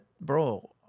bro